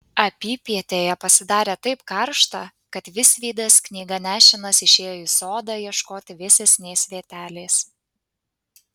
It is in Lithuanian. apypietėje pasidarė taip karšta kad visvydas knyga nešinas išėjo į sodą ieškoti vėsesnės vietelės